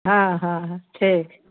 हँ हँ हँ छै छै